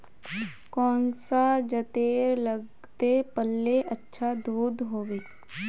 कौन सा जतेर लगते पाल्ले अच्छा दूध होवे?